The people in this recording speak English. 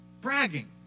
Bragging